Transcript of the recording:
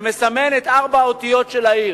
שמסמן את ארבע האותיות של העיר.